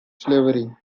slavery